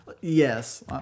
Yes